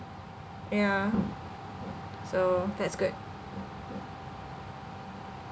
yeah so that's good